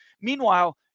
Meanwhile